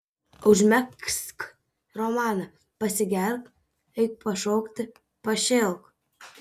užmegzk romaną pasigerk eik pašokti pašėlk